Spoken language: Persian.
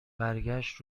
برگشت